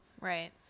Right